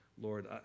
Lord